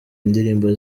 indirimbo